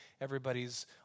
Everybody's